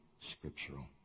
scriptural